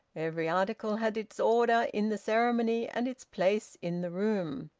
every article had its order in the ceremony and its place in the room.